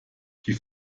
die